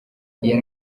yari